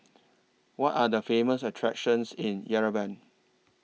What Are The Famous attractions in Yerevan